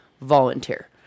volunteer